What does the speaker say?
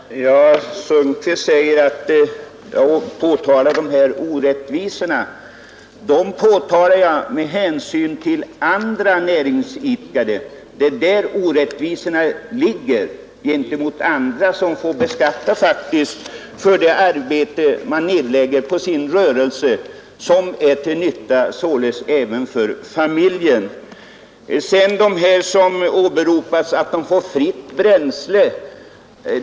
Fru talman! Till herr Sundkvist vill jag säga att jag påtalar de här orättvisorna med hänsyn till andra näringsidkare. Det är fråga om orättvisor gentemot andra, som beskattas för det arbete de nedlägger på sin rörelse, som således är till nytta även för familjen. Det åberopas här att det är många skogsägare som får fritt bränsle.